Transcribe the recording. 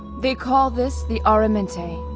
they call this the aramente,